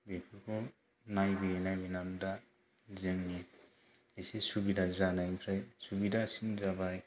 बेफोरखौ नायबोयै नायबोनानै दा जोंनि इसे सुबिदा जानायनिफ्राय सुबिदासिन जाबाय